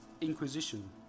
inquisition